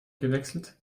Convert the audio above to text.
gewechselt